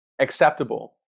acceptable